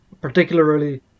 particularly